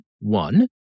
one